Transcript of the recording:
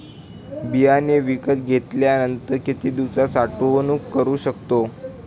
बियाणे विकत घेतल्यानंतर किती दिवस साठवणूक करू शकतो?